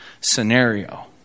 scenario